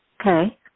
Okay